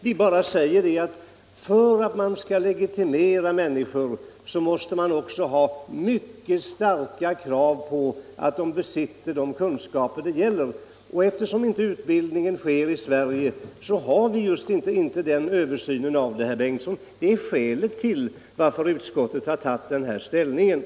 Vi har bara sagt att för att man skall kunna legitimera dessa människor måste vi ha mycket höga krav på att vederbörande besitter de kunskaper som de skall ha. Och eftersom utbildningen inte sker här i Sverige har vi inte den översynen av utbildningen som behövs. Det är det som är skälet till att utskottet har intagit denna ståndpunkt.